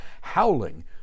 howling